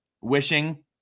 wishing